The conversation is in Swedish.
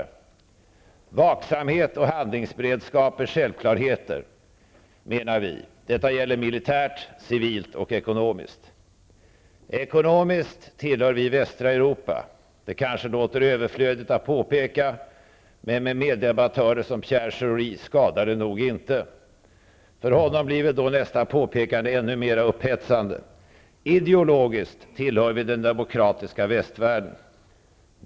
Vi menar att vaksamhet och handlingsberedskap är självklarheter. Detta gäller militärt, civilt och ekonomiskt. Ekonomiskt tillhör vi västra Europa. Det kanske låter överflödigt att påpeka, men med meddebattörer som Pierre Schori skadar det nog inte -- för honom blir väl mitt nästa påpekande ännu mer upphetsande. Ideologiskt tillhör vi den demokratiska västvärlden.